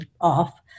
off